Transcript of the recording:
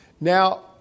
Now